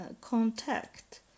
contact